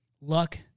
Luck